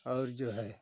और जो है